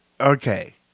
Okay